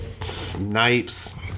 Snipes